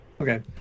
Okay